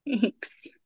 Thanks